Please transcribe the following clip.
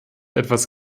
etwas